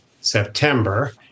September